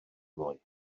ddoe